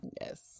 Yes